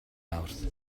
mawrth